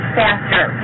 faster